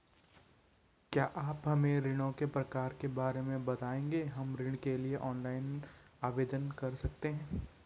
क्या आप हमें ऋणों के प्रकार के बारे में बताएँगे हम ऋण के लिए ऑनलाइन आवेदन कर सकते हैं?